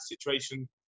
situation